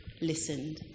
listened